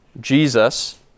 Jesus